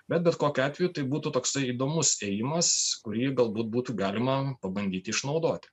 bet bet kokiu atveju tai būtų toksai įdomus ėjimas kurį galbūt būtų galima pabandyti išnaudoti